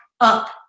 up